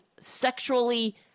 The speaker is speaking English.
sexually